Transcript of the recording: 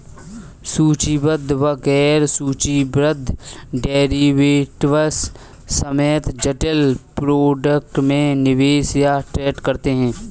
सूचीबद्ध व गैर सूचीबद्ध डेरिवेटिव्स समेत जटिल प्रोडक्ट में निवेश या ट्रेड करते हैं